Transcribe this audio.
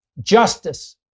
justice